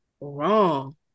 wrong